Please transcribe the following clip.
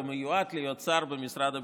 ומיועד להיות שר במשרד הביטחון.